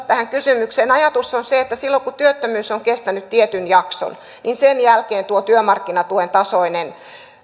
tähän kysymykseen ajatus on se että sen jälkeen kun työttömyys on kestänyt tietyn jakson tuo työmarkkinatuen tasoinen